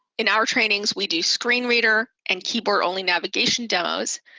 in our trainings, we do screen reader and keyboard-only navigation demos,